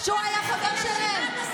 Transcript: שהוא היה חבר שלהן?